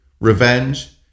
revenge